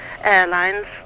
Airlines